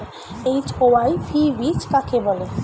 HYV বীজ কাকে বলে?